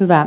hyvä hoitaja